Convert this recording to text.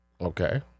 Okay